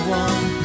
one